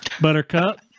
Buttercup